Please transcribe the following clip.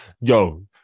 yo